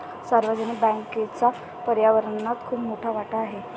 सार्वजनिक बँकेचा पर्यावरणात खूप मोठा वाटा आहे